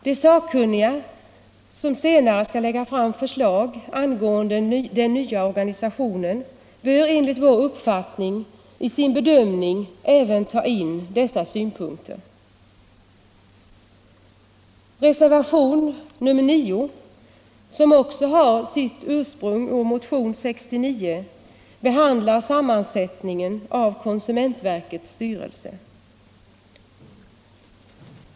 De sakkunniga, som senare skall lägga fram förslag angående den nya organisationen, bör enligt vår uppfattning i sin bedömning även ta in dessa synpunkter. Reservationen 9, som också den har sitt ursprung i motionen 69, behandlar sammansättningen av konsumentverkets styrelse.